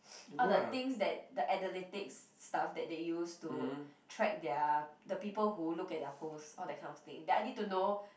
all the things that the analytics stuffs that they used to track their the people who look at their post all that kind of thing then I need to know